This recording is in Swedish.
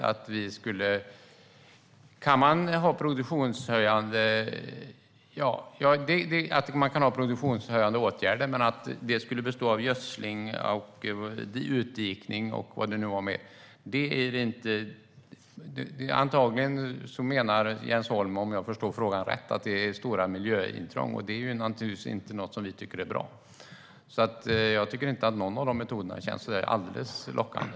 Att produktionshöjande åtgärder skulle bestå av gödsling, dikning och vad det var mer - antagligen menar Jens Holm, om jag förstår frågan rätt, att det är stora miljöintrång, och det är naturligtvis inte något som vi tycker är bra. Jag tycker alltså inte att någon av de här metoderna känns alldeles lockande.